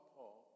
Paul